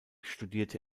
studierte